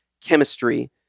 chemistry